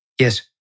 Yes